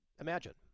Imagine